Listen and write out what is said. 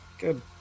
Good